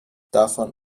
davon